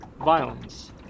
violence